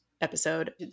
episode